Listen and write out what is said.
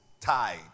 tied